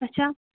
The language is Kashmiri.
اچھا